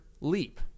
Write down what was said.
leap